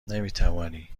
نمیتوانی